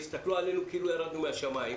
והסתכלו עלינו כאילו ירדנו מן השמיים,